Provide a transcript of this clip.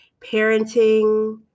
parenting